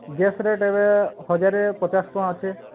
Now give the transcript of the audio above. gas rate ଏବେ ହଜାରେ ପଚାଶ୍ ଟଙ୍କା ଅଛି